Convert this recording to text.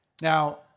now